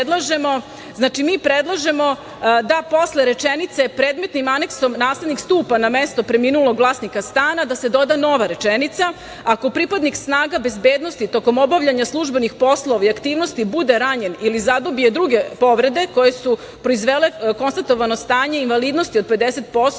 mi predlažemo da posle rečenice: „Predmetnim aneksom naslednik stupa na mesto preminulog vlasnika stana“, da se doda nova rečenica: „Ako pripadnik snaga bezbednosti tokom obavljanja službenih poslova i aktivnosti bude ranjen ili zadobije druge povrede koje su proizvele konstatovano stanje invalidnosti od 50%